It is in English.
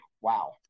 Wow